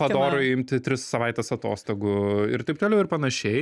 padoru imti tris savaites atostogų ir taip toliau ir panašiai